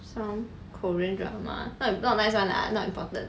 some korean drama not im~ not nice one lah not important